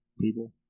people